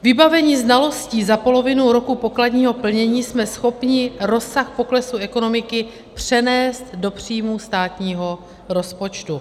Vybaveni znalostí za polovinu roku pokladního plnění jsme schopni rozsah poklesu ekonomiky přenést do příjmů státního rozpočtu.